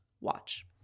Watch